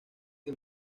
que